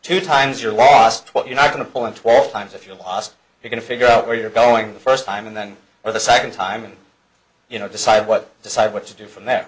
two times your last twelve you're not going to pull in twelve times if you lost you can figure out where you're going the first time and then for the second time you know decide what decide what to do from there